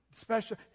special